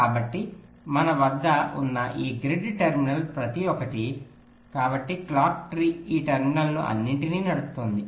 కాబట్టి మన వద్ద ఉన్న ఈ గ్రిడ్ టెర్మినల్స్ ప్రతి ఒక్కటి కాబట్టి క్లాక్ ట్రీ ఈ టెర్మినల్స్ ను అన్నింటినీ నడుపుతోంది